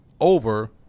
over